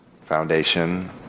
foundation